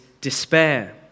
despair